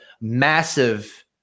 massive